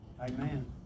Amen